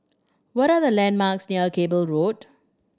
what are the landmarks near Cable Road